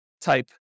type